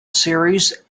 series